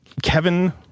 Kevin